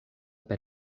per